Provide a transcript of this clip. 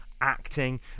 acting